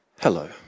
Hello